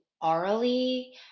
orally